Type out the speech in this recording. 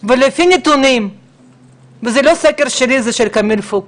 וזה לא סקר שלי אלא של קמיל פוקס,